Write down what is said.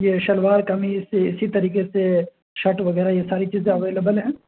یہ شلوار قمیص اسی طریقے سے شرٹ وغیرہ یہ ساری چیزیں اویلبل ہیں